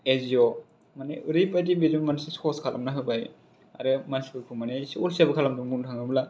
एजिअ माने ओरैबादि बेल' मोनसे सर्स खालामना होबाय आरो मानसिफोरखौ माने एसे अलसियाबो खालामदों बुंनो थाङोब्ला